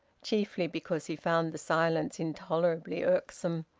chiefly because he found the silence intolerably irksome.